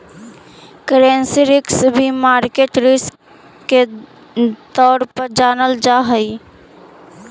currency risk भी market risk के तौर पर जानल जा हई